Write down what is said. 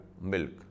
milk